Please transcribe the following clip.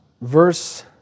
verse